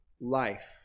life